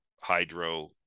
hydro